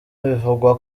bivugwa